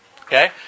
Okay